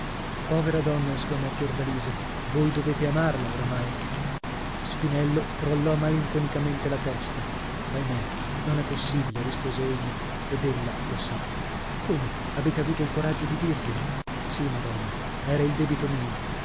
povera donna esclamò fiordalisa voi dovete amarla oramai spinello crollò malinconicamente la testa ahimè non è possibile risposa egli ed ella lo sa come avete avuto il coraggio di dirglielo sì madonna era il debito mio